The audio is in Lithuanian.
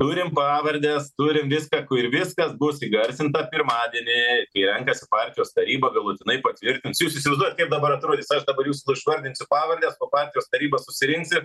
turim pavardes turim viską kur viskas bus įgarsinta pirmadienį kai renkasi partijos taryba galutinai patvirtins jūs įsivaizduojat kaip dabar atrodys aš dabar jūsų tuoj išvardinsiu pavardes o partijos taryba susirinks ir